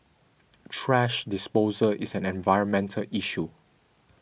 trash disposal is an environmental issue